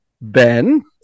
Ben